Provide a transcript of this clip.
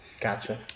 Gotcha